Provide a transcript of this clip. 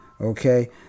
Okay